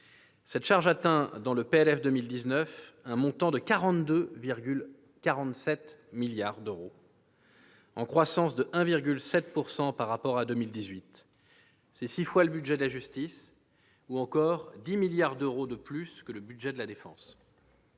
de loi de finances pour 2019 un montant de 42,47 milliards d'euros, en croissance de 1,7 % par rapport à 2018. C'est six fois le budget de la justice ou encore 10 milliards d'euros de plus que le budget de la défense.